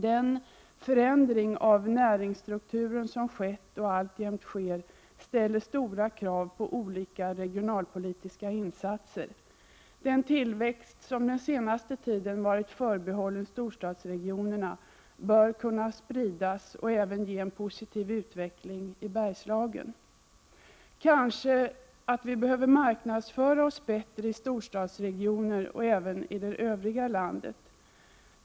Den förändring av näringstrukturen som skett och alltjämt sker ställer stora krav på olika regionalpolitiska insatser. Den tillväxt som den senaste tiden varit förbehållen storstadsregionerna bör kunna spridas och även ge en positiv utveckling i Bergslagen. Kanske vi behöver marknadsföra oss bättre både i storstadsregionerna och i det övriga landet.